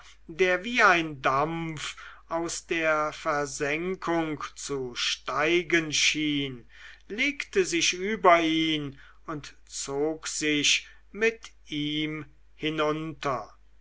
der wie ein dampf aus der versenkung zu steigen schien legte sich über ihn weg und zog sich mit ihm hinunter